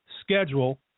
schedule